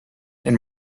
and